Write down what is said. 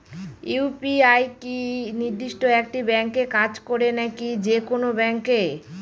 UPI কি নির্দিষ্ট একটি ব্যাংকে কাজ করে নাকি যে কোনো ব্যাংকে?